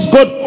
God